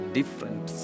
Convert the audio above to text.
different